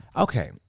Okay